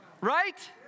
Right